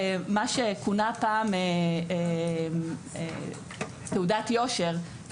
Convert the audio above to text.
במה שכונה פעם תעודת יושר,